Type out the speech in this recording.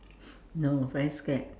no very scared